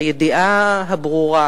הידיעה הברורה